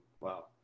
Wow